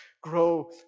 grow